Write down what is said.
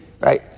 right